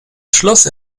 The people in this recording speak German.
schloss